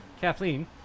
Kathleen